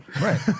Right